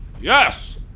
Yes